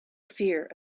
fear